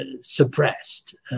suppressed